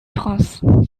france